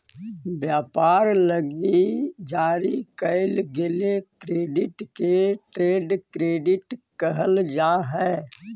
व्यापार लगी जारी कईल गेल क्रेडिट के ट्रेड क्रेडिट कहल जा हई